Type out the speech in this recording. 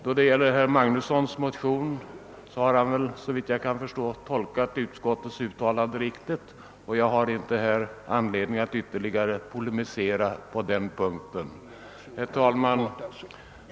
Vad gäller herr Magnussons i Borås motion, så har herr Magnusson såvitt jag förstår tolkat utskottets uttalande riktigt, och jag har inte anledning att ytterligare polemisera på den punkten. Herr talman!